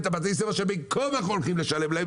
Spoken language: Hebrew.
את בתי הספר שבין כה וכה הולכים לשלם להם,